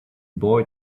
boy